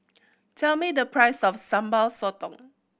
tell me the price of Sambal Sotong